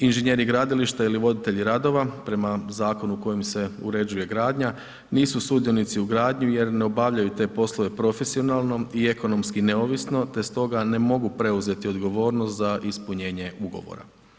Inženjeri gradilišta ili voditelji radova prema zakonu kojim se urešuje gradnja, nisu sudionici u gradnji jer ne obavljaju te poslove profesionalno i ekonomski neovisno te stoga ne mogu preuzeti odgovornost za ispunjenje ugovora.